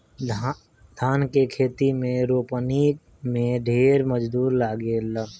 धान के खेत में रोपनी में ढेर मजूर लागेलन